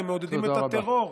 אתם מעודדים את הטרור.